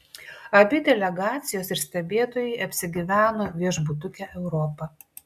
abi delegacijos ir stebėtojai apsigyveno viešbutuke europa